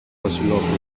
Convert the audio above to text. βασιλόπουλο